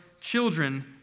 children